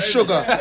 Sugar